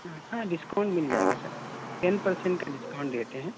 ہاں ڈسکاؤنٹ مل جائے گا سر ٹین پرسینٹ کا ڈسکاؤنٹ دیتے ہیں